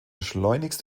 schleunigst